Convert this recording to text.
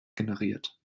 generiert